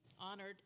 honored